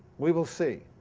we will see.